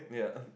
yeah